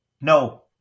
No